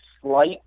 slight